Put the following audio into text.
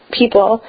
people